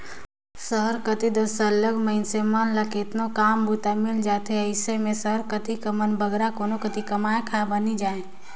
सहर कती दो सरलग मइनसे मन ल केतनो काम बूता मिल जाथे अइसे में सहर कती कर मन बगरा कोनो कती कमाए खाए बर नी जांए